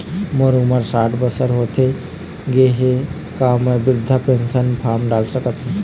मोर उमर साठ बछर होथे गए हे का म वृद्धावस्था पेंशन पर फार्म डाल सकत हंव?